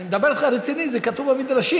אני מדבר איתך רציני, זה כתוב במדרשים.